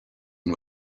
and